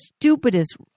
stupidest